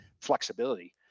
flexibility